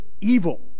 evil